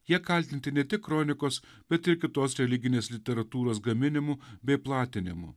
jie kaltinti ne tik kronikos bet ir kitos religinės literatūros gaminimu bei platinimu